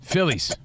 Phillies